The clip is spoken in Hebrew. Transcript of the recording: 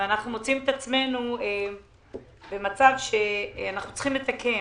אנחנו מוצאים את עצמנו במצב שאנחנו צריכים לתקן